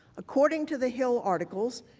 according to the hill articles,